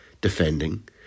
defending